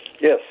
Yes